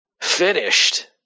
finished